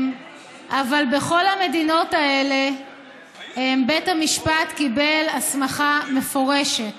אבל בכל המדינות האלה בית המשפט קיבל הסמכה מפורשת